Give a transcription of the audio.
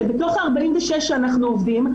שבתוך ה-46 שאנחנו עובדים,